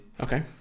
Okay